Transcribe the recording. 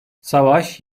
savaş